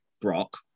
Brock